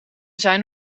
zijn